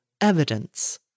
evidence